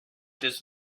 does